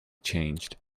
changed